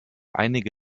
einige